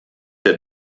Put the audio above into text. der